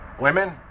Women